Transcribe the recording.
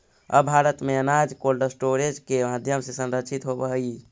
अब भारत में अनाज कोल्डस्टोरेज के माध्यम से संरक्षित होवऽ हइ